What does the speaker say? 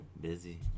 Busy